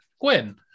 Gwen